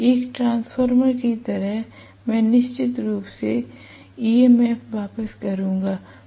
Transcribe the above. एक ट्रांसफार्मर की तरह मैं निश्चित रूप से ईएमएफ वापस करूंगा